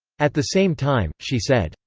at the same time, she said,